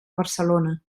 barcelona